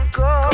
go